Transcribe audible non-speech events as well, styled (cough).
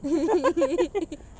(laughs)